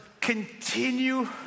continue